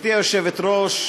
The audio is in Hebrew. גברתי היושבת-ראש,